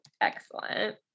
excellent